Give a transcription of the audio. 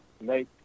make